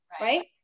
right